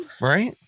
Right